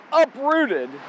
uprooted